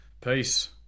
Peace